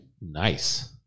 Nice